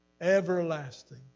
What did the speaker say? Everlasting